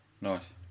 Nice